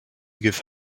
give